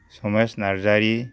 Samesh Narzary